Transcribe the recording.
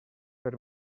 per